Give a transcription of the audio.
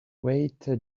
wait